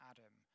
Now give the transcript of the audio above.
Adam